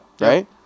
right